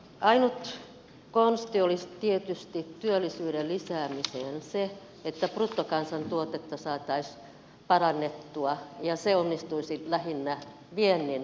ainut konsti olisi tietysti työllisyyden lisäämiseen se että bruttokansantuotetta saataisiin parannettua ja se onnistuisi lähinnä viennin kautta